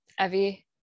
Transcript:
Evie